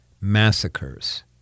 massacres